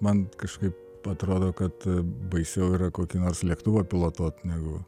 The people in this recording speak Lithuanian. man kažkaip atrodo kad baisiau yra kokį nors lėktuvą pilotuot negu